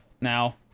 now